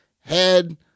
head